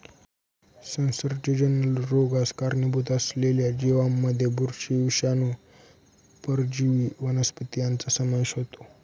संसर्गजन्य रोगास कारणीभूत असलेल्या जीवांमध्ये बुरशी, विषाणू, परजीवी वनस्पती यांचा समावेश होतो